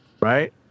right